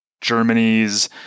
Germany's